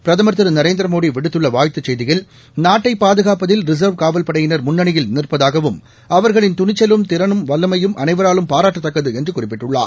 பிரதமா் திரு நரேந்திரமோடி விடுத்துள்ள வாழ்த்துச் செய்தியில் நாட்டை பாதுகாப்பதில் ரின்வ் காவல் படையினர் முன்னணியில் நிற்பதாகவும் அவர்களின் துணிச்சலும் திறன் வல்லமையும் அனைவராலும் பாராட்டத்தக்கது என்று குறிப்பிட்டுள்ளார்